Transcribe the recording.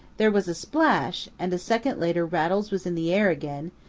there was a splash, and a second later rattles was in the air again,